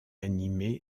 animés